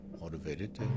motivated